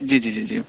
जी जी जी जी